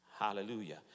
Hallelujah